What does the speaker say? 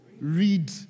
Read